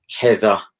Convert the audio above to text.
heather